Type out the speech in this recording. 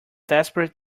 desperate